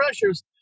pressures